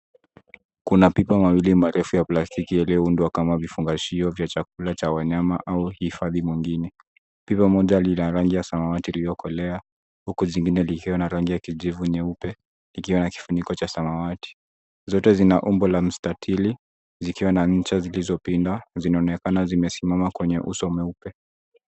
Kuna pipa mawili marefu ya plastiki yaliyoundwa kama vifungashio vya chakula cha wanyama au uhifadhi mwingine. Pipa moja lina rangi ya samawati iliyokolea huku jingine likwa na rangi ya kijivu nyeupe ikiwa na kifuniko cha samawati. Zote zina umbo la mstatili zikiwa na ncha zilizopinda zinaonekana zimesimama kwenye uso mweupe.